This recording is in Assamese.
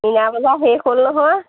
মিনা বজাৰ শেষ হ'ল নহয়